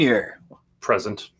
Present